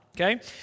okay